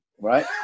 right